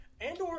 Andor